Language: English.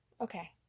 Okay